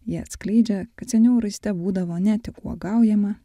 ji atskleidžia kad seniau raiste būdavo ne tik uogaujama